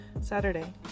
Saturday